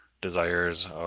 desires